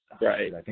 Right